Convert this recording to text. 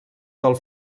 del